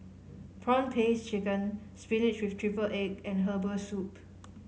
prawn paste chicken spinach with triple egg and herbal soup